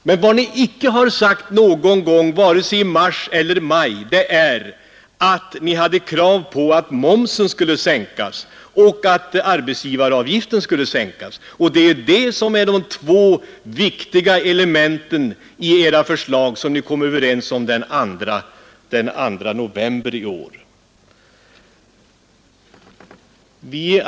Men vad ni icke har sagt någon gång, vare sig i mars eller i maj, är att ni hade krav på att momsen skulle sänkas och att arbetsgivaravgiften skulle sänkas. Och det är det som är de två viktiga elementen i det förslag som ni kom överens om den 2 november i år.